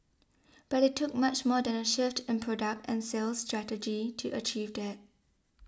but it took much more than a shift in product and sales strategy to achieve that